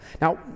Now